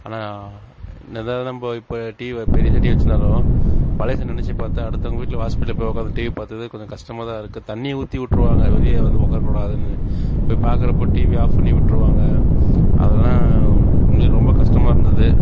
ஆனால் என்ன தான் நம்ம இப்போ டிவி பெரிசாக டிவி வெச்சிருந்தாலும் பழச நினச்சி பார்த்தா அடுத்தவங்க வீட்டில் வாசல்படியில் போய் உக்காந்து டிவி பார்த்தது கொஞ்சம் கஷ்டமாக தான் இருக்குது தண்ணி ஊற்றி விட்ருவாங்க வெளியே வந்து உக்காரக் கூடாதுன்னு போய் பார்க்கறப்போ டிவியை ஆஃப் பண்ணி விட்ருவாங்க அதெல்லாம் உண்மையிலே ரொம்ப கஷ்டமாக இருந்தது